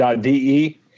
.de